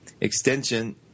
extension